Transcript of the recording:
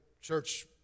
church